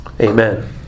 Amen